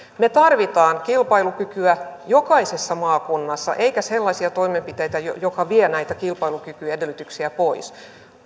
me tarvitsemme kilpailukykyä jokaisessa maakunnassa emmekä sellaisia toimenpiteitä jotka vievät näitä kilpailukykyedellytyksiä pois